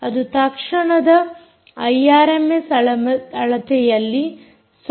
ಅದು ತಕ್ಷಣದ I RMS ಅಳತೆಯಲ್ಲಿ 0